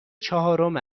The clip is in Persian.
چهارم